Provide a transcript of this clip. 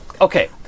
Okay